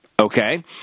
Okay